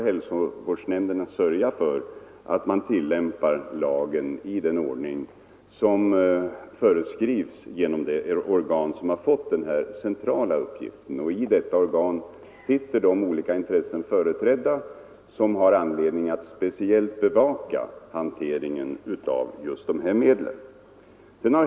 Hälsovårdsnämnderna skall tillse att lagen tillämpas i den ordning som föreskrivs genom det organ som fått den centrala uppgiften. I detta organ sitter företrädare för de olika intressen som har anledning att speciellt bevaka hanteringen av just de här medlen.